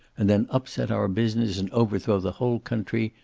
and then upset our business and overthrow the whole country,